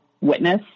witness